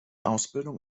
ausbildung